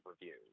reviews